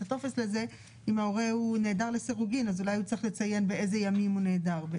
אם הוא נעדר לסירוגין אז אולי הוא צריך לציין באלו ימים הוא נעדר.